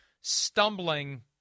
stumbling